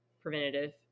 preventative